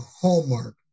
hallmark